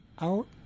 out